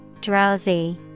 Drowsy